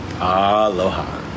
Aloha